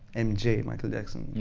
m j, michael jackson.